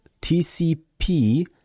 tcp